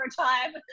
time